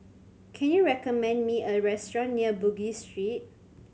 can you recommend me a restaurant near Bugis Street